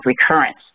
recurrence